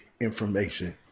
information